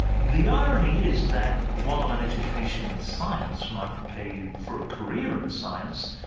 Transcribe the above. the irony is that while an education in science might prepare you for a career in science,